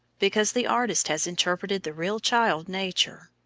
because the artist has interpreted the real child nature.